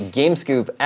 gamescoop